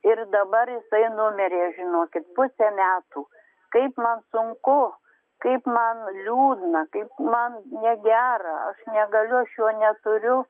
ir dabar jisai numirė žinokit pusė metų kaip man sunku kaip man liūdna kaip man negera aš negaliu aš juo neturiu